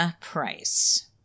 Price